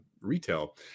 retail